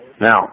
Now